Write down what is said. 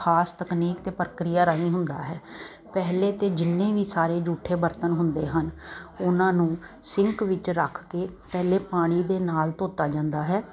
ਖਾਸ ਤਕਨੀਕ ਅਤੇ ਪ੍ਰਕਿਰਿਆ ਰਾਹੀ ਹੁੰਦਾ ਹੈ ਪਹਿਲਾਂ ਤਾਂ ਜਿੰਨੇ ਵੀ ਜੂਠੇ ਬਰਤਨ ਹੁੰਦੇ ਹਨ ਉਹਨਾਂ ਨੂੰ ਸਿੰਕ ਵਿੱਚ ਰੱਖ ਕੇ ਪਹਿਲਾਂ ਪਾਣੀ ਦੇ ਨਾਲ ਧੋਤਾ ਜਾਂਦਾ ਹੈ